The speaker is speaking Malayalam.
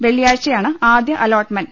വെള്ളിയാഴ്ചയാണ് ആദ്യ അലോട്ട്മെന്റ്